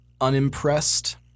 unimpressed